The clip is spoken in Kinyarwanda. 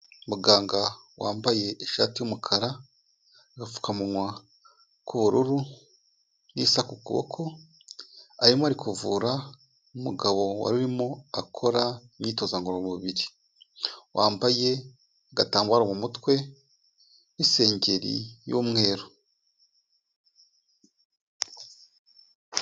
Muganga wambaye ishati y'umukara, agapfukamunwa k'ubururu n'isaha ku kuboko. Arimo ari kuvura umugabo wari urimo akora imyitozo ngororamubiri. Wambaye agatambaro mu mutwe n'isengeri y'umweru.